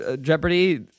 Jeopardy